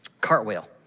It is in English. cartwheel